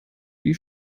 die